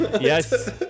Yes